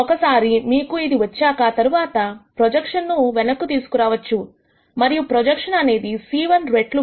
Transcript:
ఒకసారి మీకు ఇది వచ్చాక తరువాత ప్రొజెక్షన్ ను వెనుకకు తీసుకురావచ్చు మరియు ప్రొజెక్షన్ అనేది c1 రెట్లు v1 c2 రెట్లు v2